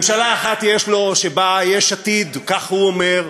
ממשלה אחת יש לו שבה יש עתיד, כך הוא אומר,